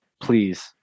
please